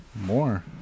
More